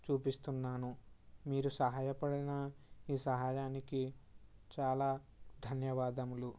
చూపిస్తున్నాను మీరు సహాయపడిన ఈ సహాయానికి చాలా ధన్యవాదములు